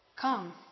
Come